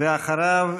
ואחריו,